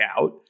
out